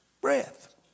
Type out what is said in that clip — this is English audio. breath